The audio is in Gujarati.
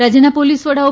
રાજ્યના પોલીસ વડા ઓ